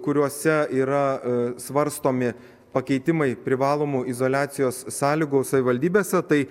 kuriuose yra svarstomi pakeitimai privalomų izoliacijos sąlygų savivaldybėse tai